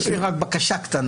יש לי רק בקשה קטנה,